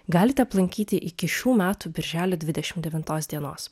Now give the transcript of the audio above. galite aplankyti iki šių metų birželio dvidešimt devintos dienos